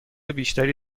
بیشتری